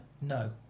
No